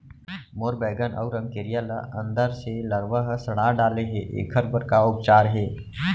मोर बैगन अऊ रमकेरिया ल अंदर से लरवा ह सड़ा डाले हे, एखर बर का उपचार हे?